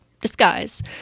disguise